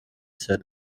set